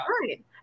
Right